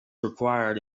required